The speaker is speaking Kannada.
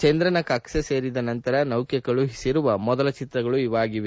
ಚಂದ್ರನ ಕಕ್ಷೆ ಸೇರಿದ ನಂತರ ನೌಕೆ ಕಳುಹಿಸಿರುವ ಮೊದಲ ಚಿತ್ರಗಳು ಇವಾಗಿವೆ